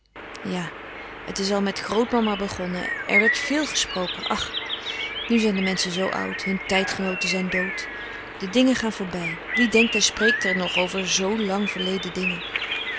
ja het is al met grootmama begonnen er werd veel gesproken ach nu zijn de menschen zoo oud hun tijdgenooten zijn dood de dingen gaan voorbij wie denkt en spreekt er nog over zo lang verleden dingen